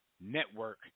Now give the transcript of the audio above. network